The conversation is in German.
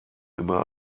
immer